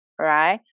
Right